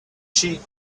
sheep